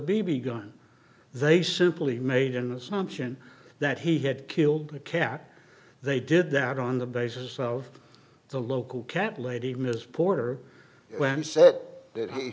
b gun they simply made an assumption that he had killed a cat they did that on the basis of the local cat lady ms porter when he said that